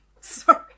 Sorry